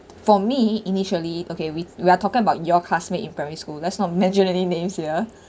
for me initially okay we we are talking about your classmate in primary school let's not mention any names here